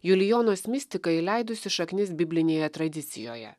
julijonos mistika įleidusi šaknis biblinėje tradicijoje